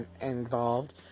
involved